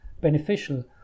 beneficial